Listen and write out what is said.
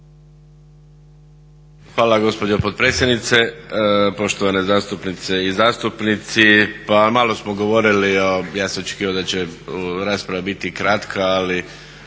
Hvala gospođo potpredsjednice, poštovane zastupnice i zastupnici. Pa malo smo govorili o, ja sam očekivao da će rasprava biti kratka, ali